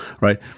right